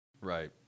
Right